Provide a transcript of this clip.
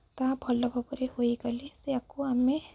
ତାହା ଭଲ ଭାବରେ ହୋଇଗଲେ ଏହାକୁ ଆମେ